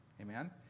Amen